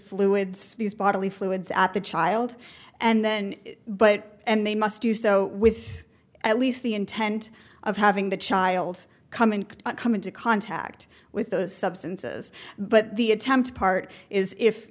fluids these bodily fluids at the child and then but and they must do so with at least the intent of having the child come and come into contact with those substances but the attempt part is if